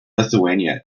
lithuania